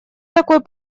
такой